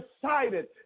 decided